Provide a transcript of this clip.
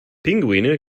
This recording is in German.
pinguine